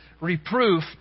reproof